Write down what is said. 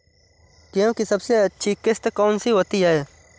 गेहूँ की सबसे अच्छी किश्त कौन सी होती है?